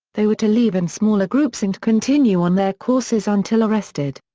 they were to leave in smaller groups and continue on their courses until arrested.